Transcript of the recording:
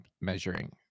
measuring